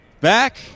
back